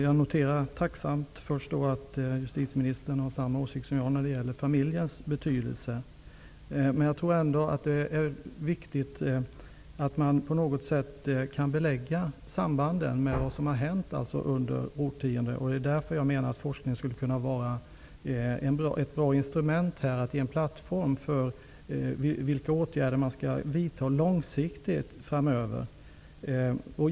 Herr talman! Jag noterar först tacksamt att justitieministern har samma åsikt som jag när det gäller familjens betydelse. Jag tror ändå att det är viktigt att på något sätt belägga sambanden med vad som har hänt under årtiondena. Forskningen skulle då kunna vara ett bra instrument för att ge en plattform för de åtgärder som skall vidtas långsiktigt.